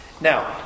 Now